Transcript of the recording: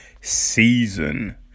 season